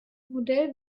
modell